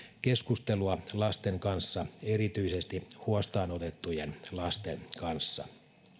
keskustelua lasten kanssa erityisesti huostaan otettujen lasten kanssa